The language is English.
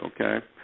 okay